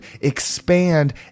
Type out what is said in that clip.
Expand